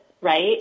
right